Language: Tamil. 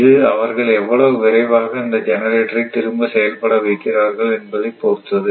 இது அவர்கள் எவ்வளவு விரைவாக அந்த ஜெனரேட்டரை திரும்ப செயல்பட வைக்கிறார்கள் என்பதைப் பொறுத்தது